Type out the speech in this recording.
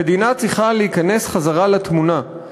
המדינה צריכה להיכנס חזרה לתמונה.